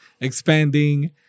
expanding